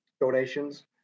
donations